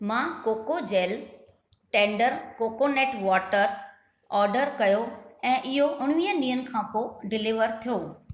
मां कोकोजेल tender coconut water order कयो ऐं इहो उणवीहनि ॾींहनि खां पोइ डिलीवर थियो